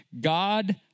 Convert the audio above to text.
God